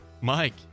Mike